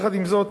עם זאת,